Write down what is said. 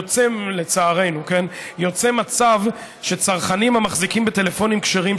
יוצא לצערנו מצב שצרכנים המחזיקים בטלפונים כשרים,